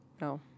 no